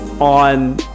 on